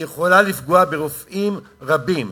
כי היא יכולה לפגוע ברופאים רבים.